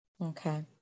Okay